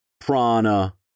Prana